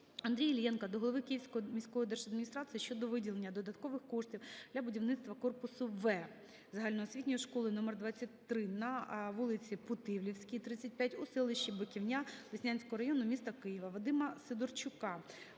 Андрія Іллєнка до голови Київської міської держадміністрації щодо виділення додаткових коштів для будівництва корпусу "В" загальноосвітньої школи №23 на вулиці Путивльській, 35 у селищі Биківня Деснянського району міста Києва. Вадима Сидорчука